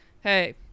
hey